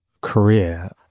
career